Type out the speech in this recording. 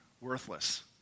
worthless